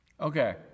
Okay